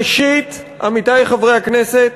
ראשית, עמיתי חברי הכנסת,